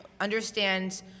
understand